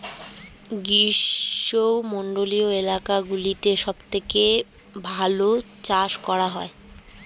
গ্রীষ্মমণ্ডলীয় এলাকাগুলোতে সবথেকে ভালো চাষ করা যায়